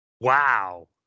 Wow